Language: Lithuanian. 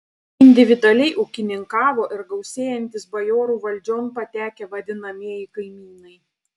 individualiai ūkininkavo ir gausėjantys bajorų valdžion patekę vadinamieji kaimynai